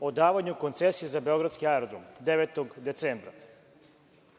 o davanju koncesije za beogradski aerodrom 9. decembra